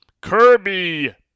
Kirby